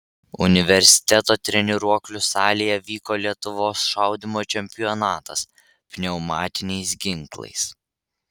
universiteto treniruoklių salėje vyko lietuvos šaudymo čempionatas pneumatiniais ginklais